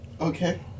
Okay